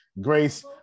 Grace